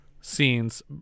scenes